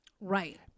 Right